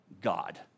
God